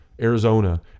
arizona